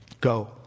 go